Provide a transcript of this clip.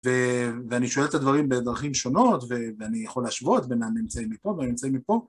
ואני שואל את הדברים בדרכים שונות ואני יכול להשוות בין הממצאים מפה והממצאים מפה.